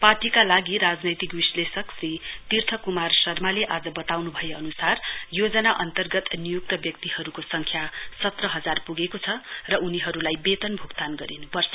पार्टीका लागि राजनैतिक विश्लेषक श्री तीर्थ कुमार शर्माले आज बताउनु भए अनुसार योजना अन्तर्गत नियुक्त व्यक्तिहरूको संख्या सत्र हजार पुगेको छ र उनीहरूलाई वेतन भूक्तान गरिनुपर्छ